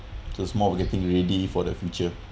just more getting ready for the future